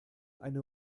eine